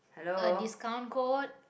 a discount code